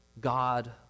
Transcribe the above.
God